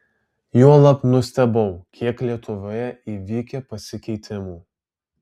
juolab nustebau kiek lietuvoje įvykę pasikeitimų